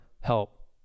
help